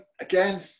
Again